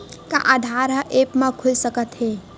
का आधार ह ऐप म खुल सकत हे?